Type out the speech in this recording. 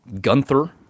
Gunther